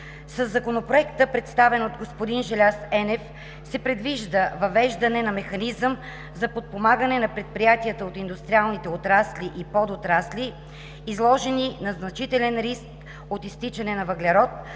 Със Законопроекта, представен от господин Желяз Енев, се предвижда въвеждане на механизъм за подпомагане на предприятията от индустриалните отрасли и подотрасли, изложени на значителен риск от „изтичане на въглерод“,